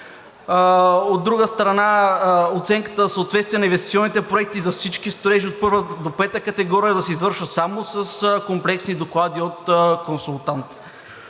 От друга страна, оценката за съответствие на инвестиционните проекти за всички строежи от първа до пета категория да се извършва само с комплексни доклади от консултант.